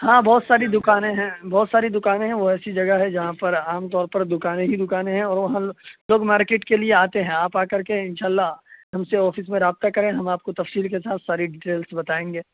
ہاں بہت ساری دوکانیں ہیں بہت ساری دوکانیں ہیں وہ ایسی جگہ ہے جہاں پر عام طور پر دوکانیں ہی دوکانیں ہیں اور ہم لوگ مارکیٹ کے لیے آتے ہیں آپ آ کر کے انشاء اللہ ہم سے آفس میں رابطہ کریں ہم آپ کو تفصیل کے ساتھ ساری ڈیٹیلس بتائیں گے